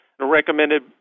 recommended